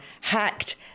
hacked